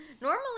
Normally